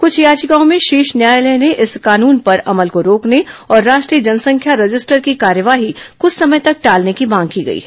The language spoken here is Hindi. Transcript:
कुछ याचिकाओं में शीर्ष न्यायालय से इस कानून पर अमल को रोकने और राष्ट्रीय जनसंख्या रजिस्टर की कार्यवाही कुछ समय तक टालने की मांग की गई है